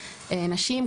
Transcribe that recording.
נשים,